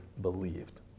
believed